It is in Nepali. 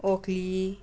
ओखली